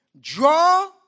Draw